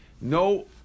No